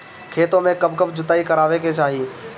खेतो में कब कब जुताई करावे के चाहि?